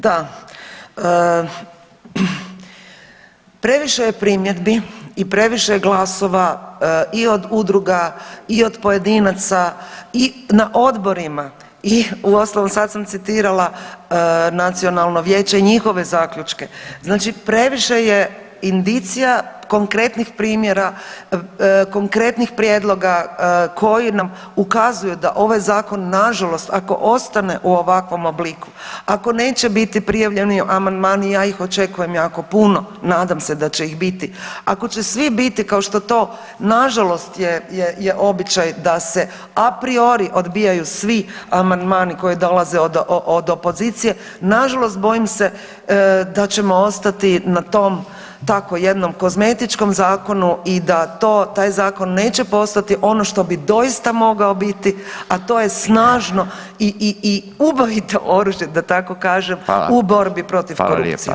Da, previše je primjedbi i previše je glasova i od udruga i od pojedinaca i na odborima i uostalom sad sam citirala nacionalno vijeće i njihove zaključke, znači previše je indicija konkretnih primjera, konkretnih prijedloga koji nam ukazuju da ovaj zakon nažalost ako ostane u ovakvom obliku, ako neće biti prijavljeni amandmani, ja ih očekujem jako puno nadam se da će ih biti, ako će svi biti kao što to nažalost je običaj da se a priori odbijaju svi amandmani koji dolaze od opozicije, nažalost bojim se da ćemo ostati na tom tako jednom kozmetičkom zakonu i da taj zakon neće postati ono što bi doista mogao biti, a to je snažno i ubojito oružje da tako kažem u [[Upadica Radina: Hvala.]] borbi protiv korupcije.